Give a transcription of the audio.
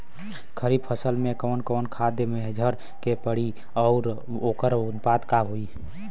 खरीफ फसल में कवन कवन खाद्य मेझर के पड़ी अउर वोकर अनुपात का होई?